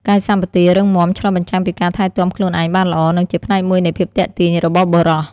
កាយសម្បទារឹងមាំឆ្លុះបញ្ចាំងពីការថែទាំខ្លួនឯងបានល្អ និងជាផ្នែកមួយនៃភាពទាក់ទាញរបស់បុរស។